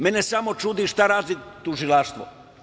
Mene samo čudi šta radi tužilaštvo?